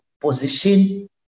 position